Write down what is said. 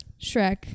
shrek